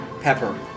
pepper